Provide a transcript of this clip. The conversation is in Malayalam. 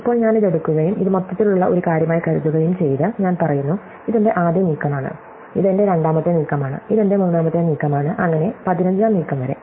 ഇപ്പോൾ ഞാൻ ഇത് എടുക്കുകയും ഇത് മൊത്തത്തിലുള്ള ഒരു കാര്യമായി കരുതുകയും ചെയ്ത് ഞാൻ പറയുന്നു ഇത് എന്റെ ആദ്യ നീക്കമാണ് ഇത് എന്റെ രണ്ടാമത്തെ നീക്കമാണ് ഇത് എന്റെ മൂന്നാമത്തെ നീക്കമാണ് അങ്ങനെ 15 ആം നീക്കം വരെ